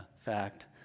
fact